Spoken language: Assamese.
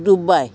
ডুবাই